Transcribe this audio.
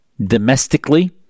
domestically